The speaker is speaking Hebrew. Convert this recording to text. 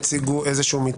הציגו פרופסור דניאל פרידמן,